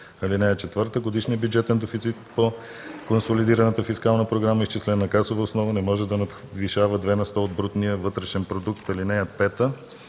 каса. (4) Годишният бюджетен дефицит по консолидираната фискална програма, изчислен на касова основа, не може да надвишава 2 на сто от брутния вътрешен продукт. (5)